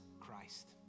Christ